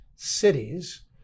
Cities